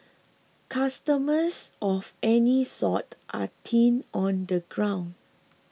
customers of any sort are thin on the ground